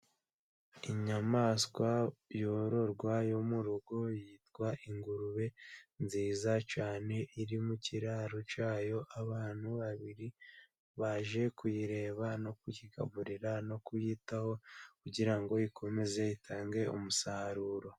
Inyamaswa yororwa yo mu rugo yitwa ingurube nziza cyane, iri mu kiraro cyayo, abantu babiri baje kuyireba no kuyigaburira no kuyitaho kugira ngo ikomeze itange umusaruro.